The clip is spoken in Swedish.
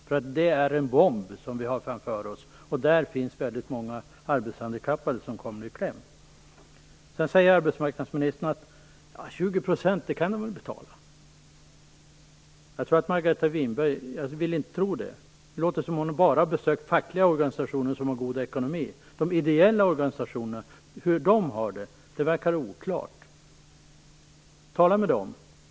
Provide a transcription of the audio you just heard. Här har vi nämligen en bomb framför oss, och här finns det väldigt många arbetshandikappade som kommer i kläm. kan de väl betala. Jag vill inte tro det, men det låter som att Margareta Winberg bara har besökt fackliga organisationer som har god ekonomi. Det verkar vara oklart för henne hur de ideella organisationerna har det. Tala med dem!